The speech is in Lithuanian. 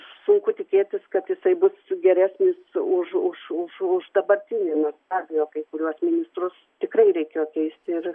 sunku tikėtis kad jisai bus sugerės su už už už dabartinį abejo kai kuriuos ministrus tikrai reikėjo keisti ir